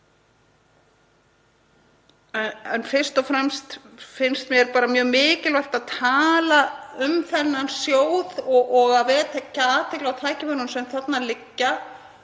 En fyrst og fremst finnst mér bara mjög mikilvægt að tala um þennan sjóð og vekja athygli á tækifærunum sem þarna liggja